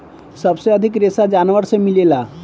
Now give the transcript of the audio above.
सबसे अधिक रेशा जानवर से मिलेला